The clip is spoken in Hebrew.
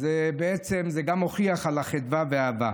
אז זה גם מוכיח את החדווה והאהבה.